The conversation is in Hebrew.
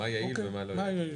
מה יעיל ומה לא יעיל.